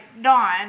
Dawn